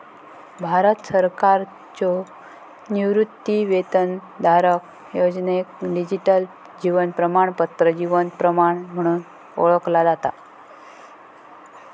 भारत सरकारच्यो निवृत्तीवेतनधारक योजनेक डिजिटल जीवन प्रमाणपत्र जीवन प्रमाण म्हणून ओळखला जाता